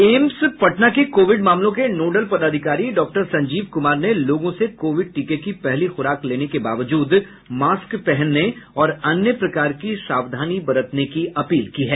AIIMS Patna के Covid मामलों के नोडल पदाधिकारी डॉक्टर संजीव कुमार ने लोगों से कोविड टीके की पहली खुराक लेने के बावजूद मास्क पहनने और अन्य प्रकार की सावधानी बरतने की अपील की है